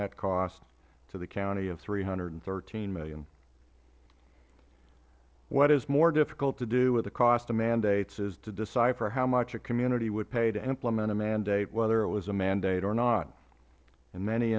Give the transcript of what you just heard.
net cost to the county of three hundred and thirteen dollars million what is more difficult to do with the cost of mandates is to decipher how much a community would pay to implement a mandate whether it was a mandate or not in many